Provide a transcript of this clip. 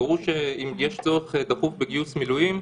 ברור שאם יש צורך דחוף בגיוס מילואים,